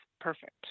perfect